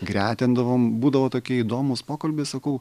gretindavom būdavo tokie įdomūs pokalbiai sakau